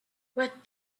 what